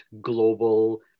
global